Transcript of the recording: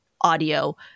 audio